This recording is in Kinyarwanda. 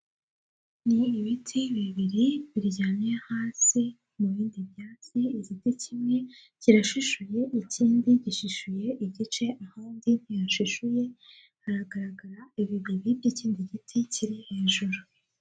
Ni ibiti bibiri biryamye hasi mu bindi byatsi, igiti kimwe kirashishuye, ikindi gishishuye igice, ahandi ntihashishuye, haragaragara bibiri n'ikindi giti kiri hejuru.